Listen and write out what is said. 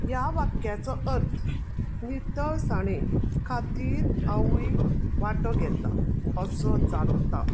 ह्या वाक्याचो अर्थ नितळसाणे खातीर हांवय वांटो घेता असो जाता